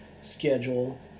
schedule